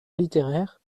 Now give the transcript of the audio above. littéraire